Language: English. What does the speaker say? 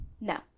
No